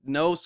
no